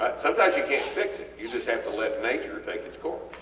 sometimes you cant fix it you just have to let nature take its course.